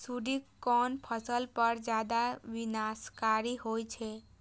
सुंडी कोन फसल पर ज्यादा विनाशकारी होई छै?